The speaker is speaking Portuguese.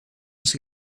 nos